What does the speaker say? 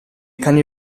cani